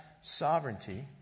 sovereignty